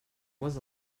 was